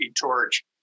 torch